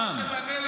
רם.